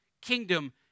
kingdom